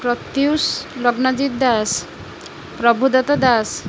Pratyush Lagnajit Das Prabhudatta Das